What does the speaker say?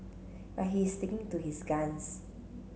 but he is sticking to his guns